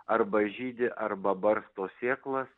arba žydi arba barsto sėklas